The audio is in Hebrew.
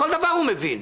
כל דבר הוא מבין,